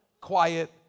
quiet